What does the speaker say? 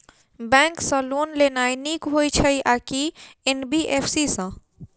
Bank सँ loan लेनाय नीक होइ छै आ की एन.बी.एफ.सी सँ?